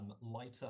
lighter